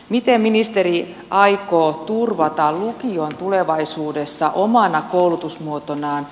miten ministeri aikoo turvata lukion tulevaisuudessa omana koulutusmuotonaan